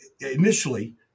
initially